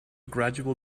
gradual